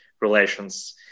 relations